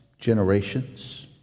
generations